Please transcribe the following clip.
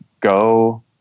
go –